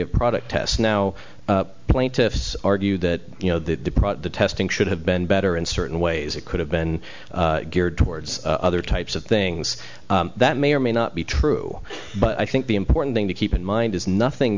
of product tests now plaintiffs argue that you know the testing should have been better in certain ways it could have been geared towards other types of things that may or may not be true but i think the important thing to keep in mind is nothing